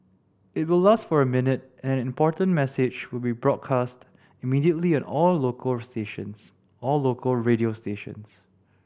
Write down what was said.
it will last for a minute and an important message will be broadcast immediately on all local stations all local radio stations